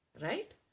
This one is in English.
right